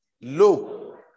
Look